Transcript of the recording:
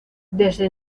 desde